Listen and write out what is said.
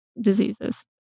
diseases